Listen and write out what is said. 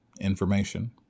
information